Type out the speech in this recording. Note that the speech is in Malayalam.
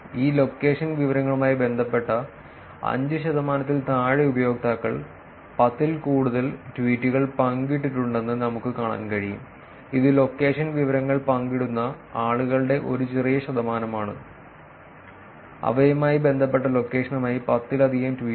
ഈ ലൊക്കേഷൻ വിവരങ്ങളുമായി ബന്ധപ്പെട്ട 5 ശതമാനത്തിൽ താഴെ ഉപയോക്താക്കൾ 10 ൽ കൂടുതൽ ട്വീറ്റുകൾ പങ്കിട്ടിട്ടുണ്ടെന്ന് നമുക്ക് കാണാൻ കഴിയും ഇത് ലൊക്കേഷൻ വിവരങ്ങൾ പങ്കിടുന്ന ആളുകളുടെ ഒരു ചെറിയ ശതമാനമാണ് അവയുമായി ബന്ധപ്പെട്ട ലൊക്കേഷനുമായി 10 ലധികം ട്വീറ്റുകൾ